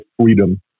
freedom